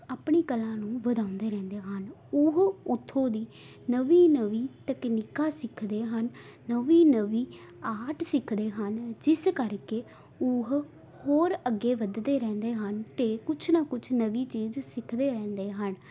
ਆਪਣੀ ਕਲਾ ਨੂੰ ਵਧਾਉਂਦੇ ਰਹਿੰਦੇ ਹਨ ਉਹ ਉੱਥੋਂ ਦੀ ਨਵੀਂ ਨਵੀਂ ਤਕਨੀਕਾਂ ਸਿੱਖਦੇ ਹਨ ਨਵੀਂ ਨਵੀਂ ਆਰਟ ਸਿੱਖਦੇ ਹਨ ਜਿਸ ਕਰਕੇ ਉਹ ਹੋਰ ਅੱਗੇ ਵਧਦੇ ਰਹਿੰਦੇ ਹਨ ਅਤੇ ਕੁਛ ਨਾ ਕੁਛ ਨਵੀਂ ਚੀਜ਼ ਸਿੱਖਦੇ ਰਹਿੰਦੇ ਹਨ